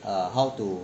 uh how to